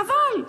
חבל.